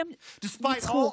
הם ניצחו.